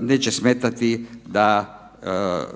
neće smetati da